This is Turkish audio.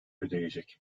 ödeyecek